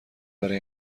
برای